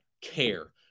care